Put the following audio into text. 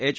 H